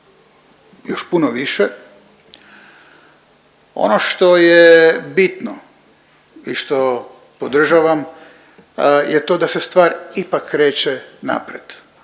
još puno više. Ono što je bitno i što podržavam je to da se stvar ipak kreće naprijed.